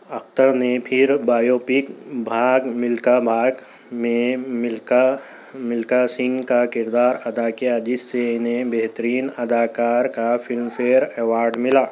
اختر نے پھر بایوپک بھاگ ملکا بھاگ میں ملکا ملکا سنگھ کا کردار ادا کیا جس سے اِنہیں بہترین اداکار کا فلم فیئر ایوارڈ ملا